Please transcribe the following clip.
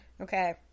Okay